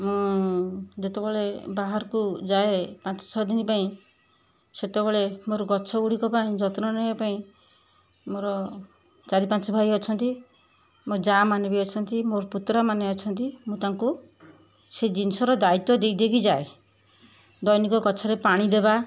ମୁଁ ଯେତେବେଳେ ବାହାରକୁ ଯାଏ ପାଞ୍ଚ ଛଅ ଦିନ ପାଇଁ ସେତେବେଳେ ମୋର ଗଛ ଗୁଡ଼ିକ ପାଇଁ ଯତ୍ନ ନେବା ପାଇଁ ମୋର ଚାରି ପାଞ୍ଚ ଭାଇ ଅଛନ୍ତି ମୋ ଯା ମାନେ ବି ଅଛନ୍ତି ମୋର ପୁତୁରା ମାନେ ଅଛନ୍ତି ମୁଁ ତାଙ୍କୁ ସେ ଜିନିଷର ଦାୟିତ୍ୱ ଦେଇ ଦେଇକି ଯାଏ ଦୈନିକ ଗଛରେ ପାଣି ଦେବା